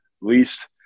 least